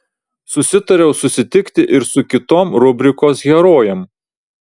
susitariau susitikti ir su kitom rubrikos herojėm